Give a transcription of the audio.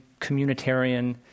communitarian